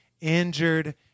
injured